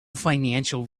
financial